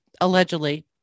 allegedly